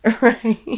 Right